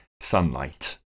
sunlight